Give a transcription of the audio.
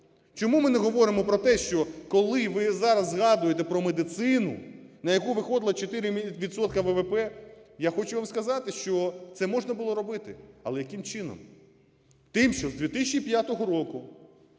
Чому ми не говоримо про те, що коли ви зараз згадуєте про медицину, на яку виходило 4 відсотки ВВП, я хочу вам сказати, що це можна було робити, але яким чином. Тим, що з 2005 року